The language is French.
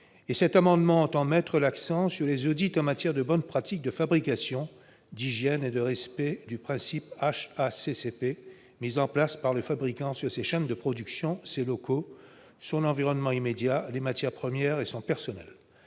Cet amendement tend donc à mettre l'accent sur les audits en matière de bonnes pratiques de fabrication, d'hygiène et de respect des principes HACCP mis en place par le fabricant sur ses chaînes de production, ses locaux, son environnement immédiat, ses matières premières et son personnel.